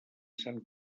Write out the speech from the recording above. sant